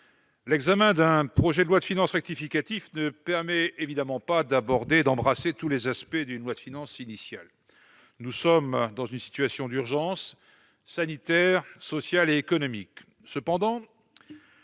l'examen d'un projet de loi de finances rectificative ne permet évidemment pas d'embrasser tous les aspects d'une loi de finances initiale. Nous sommes dans une situation d'urgence sanitaire, sociale et économique. Cependant,